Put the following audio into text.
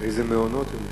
לאיזה מעונות הם ישלחו?